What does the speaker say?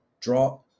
Draw